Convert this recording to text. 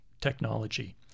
technology